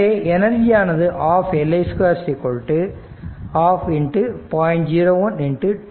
எனவே எனர்ஜியானது ½ Li 2 ½ 0